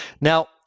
Now